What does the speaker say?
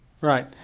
right